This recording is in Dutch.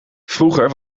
vroeger